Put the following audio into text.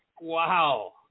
Wow